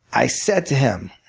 i said to him